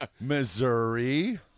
Missouri